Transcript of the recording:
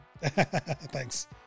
Thanks